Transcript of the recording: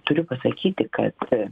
turiu pasakyti kad